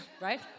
right